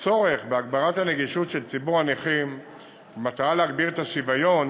הצורך בהגברת הנגישות של ציבור הנכים ובמטרה להגביר את השוויון,